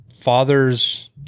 fathers